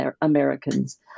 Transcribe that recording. americans